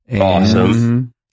Awesome